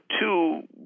two